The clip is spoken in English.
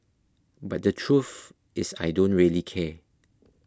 but the truth is I don't really care